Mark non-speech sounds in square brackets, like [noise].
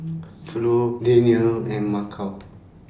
[noise] Flo Daniele and Maceo